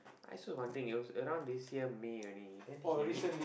I also wondering it was around this year May only then he meet